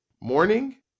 Morning